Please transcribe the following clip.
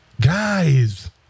Guys